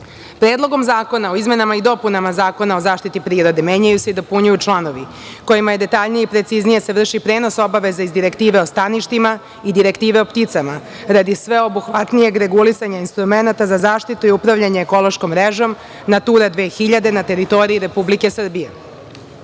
reakcija. Predlogom zakona o izmenama i dopunama Zakona o zaštiti prirode menjaju se i dopunjuju članovi kojima se detaljnije i preciznije vrši prenos obaveza iz Direktive o staništima i Direktive o pticama radi sveobuhvatnijeg regulisanja instrumenata za zaštitu i upravljanje ekološkom mrežom „Natura 2000“ na teritoriji Republike Srbije.U